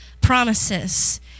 promises